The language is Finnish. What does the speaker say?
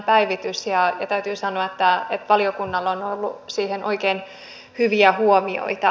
ja täytyy sanoa että valiokunnalla on ollut siihen oikein hyviä huomioita